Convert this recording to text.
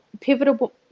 pivotal